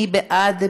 מי בעד?